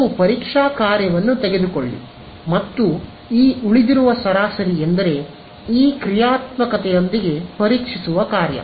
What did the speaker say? ಕೆಲವು ಪರೀಕ್ಷಾ ಕಾರ್ಯವನ್ನು ತೆಗೆದುಕೊಳ್ಳಿ ಮತ್ತು ಈ ಉಳಿದಿರುವ ಸರಾಸರಿ ಎಂದರೆ ಈ ಕ್ರಿಯಾತ್ಮಕತೆಯೊಂದಿಗೆ ಪರೀಕ್ಷಿಸುವ ಕಾರ್ಯ